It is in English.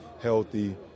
healthy